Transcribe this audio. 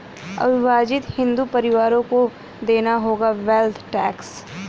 अविभाजित हिंदू परिवारों को देना होगा वेल्थ टैक्स